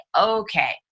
okay